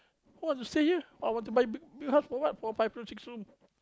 who want to stay here I want to buy big big house for what four five room six room